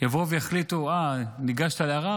יבואו ויחליטו: ניגשת לערר,